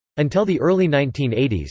until the early nineteen eighty s,